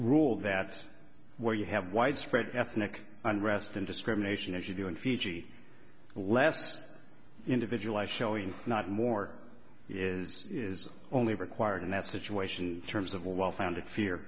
rule that's where you have widespread ethnic unrest and discrimination as you do in fiji less individualized showing not more is is only required in that situation terms of a well founded fear